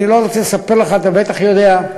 אני לא רוצה לספר לך, אתה בטח יודע,